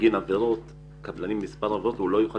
בגין עבירות זה הייתי